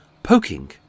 poking